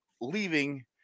leaving